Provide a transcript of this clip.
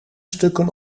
stukken